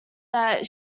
that